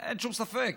אין שום ספק,